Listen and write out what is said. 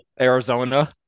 Arizona